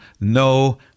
no